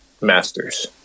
Masters